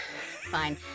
fine